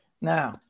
Now